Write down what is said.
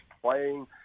playing